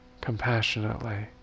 compassionately